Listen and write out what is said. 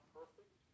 perfect